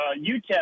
UTEP